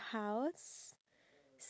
yes